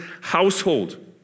household